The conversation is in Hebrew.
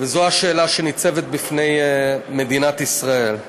וזו השאלה שניצבת בפני מדינת ישראל.